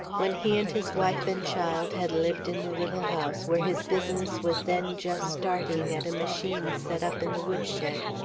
when he and his wife and child had lived in the little house where his business was then just starting at a machine set up in the woodshed.